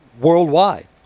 worldwide